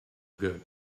good